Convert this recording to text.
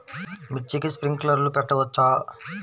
మిర్చికి స్ప్రింక్లర్లు పెట్టవచ్చా?